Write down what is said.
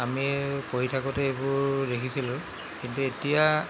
আমি পঢ়ি থাকোঁতে এইবোৰ দেখিছিলোঁ কিন্তু এতিয়া